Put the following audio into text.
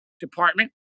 department